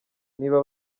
niba